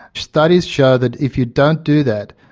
studies show that if you don't do that,